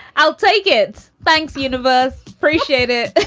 i'll take it. thanks, universe. appreciate it